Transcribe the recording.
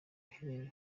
henry